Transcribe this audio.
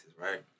right